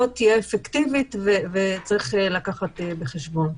תהיה אפקטיבית וצריך לקחת את זה בחשבון.